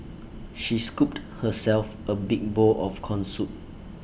she scooped herself A big bowl of Corn Soup